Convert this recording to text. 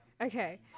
okay